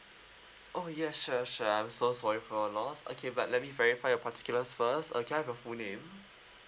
oh yeah sure sure I'm so sorry for your loss okay but let me verify your particulars first uh can I have your full name